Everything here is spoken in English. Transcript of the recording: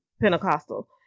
Pentecostal